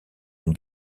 une